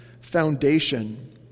foundation